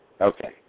Okay